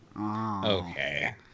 Okay